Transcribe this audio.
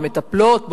במטפלות,